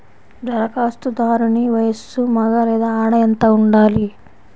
ధరఖాస్తుదారుని వయస్సు మగ లేదా ఆడ ఎంత ఉండాలి?